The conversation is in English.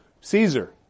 Caesar